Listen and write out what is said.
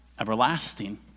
everlasting